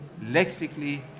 lexically